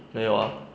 没有 ah